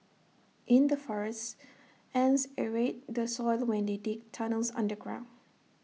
in the forests ants aerate the soil when they dig tunnels underground